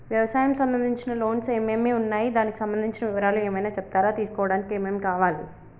వ్యవసాయం సంబంధించిన లోన్స్ ఏమేమి ఉన్నాయి దానికి సంబంధించిన వివరాలు ఏమైనా చెప్తారా తీసుకోవడానికి ఏమేం కావాలి?